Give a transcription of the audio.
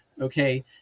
Okay